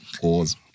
Pause